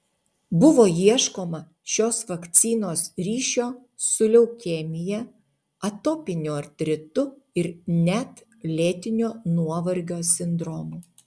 buvo ieškoma šios vakcinos ryšio su leukemija atopiniu artritu ir net lėtinio nuovargio sindromu